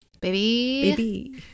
Baby